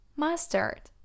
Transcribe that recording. mustard